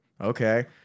okay